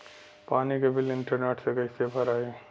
पानी के bill internet से कइसे भराई?